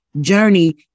journey